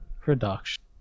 production